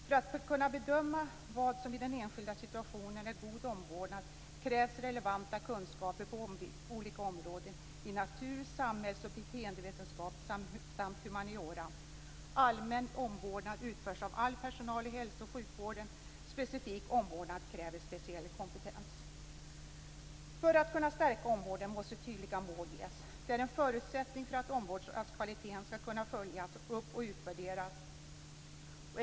För att kunna bedöma vad som i den enskilda situationen är god omvårdnad krävs relevanta kunskaper på olika områden: i natur-, samhälls och beteendevetenskap samt humaniora. Allmän omvårdnad utförs av all personal i hälso och sjukvården. Specifik omvårdnad kräver speciell kompetens". För att kunna stärka omvårdnaden måste tydliga mål anges. Det är en förutsättning för att omvårdnadskvaliteten skall kunna följas upp och utvärderas.